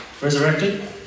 resurrected